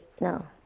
no